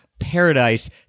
paradise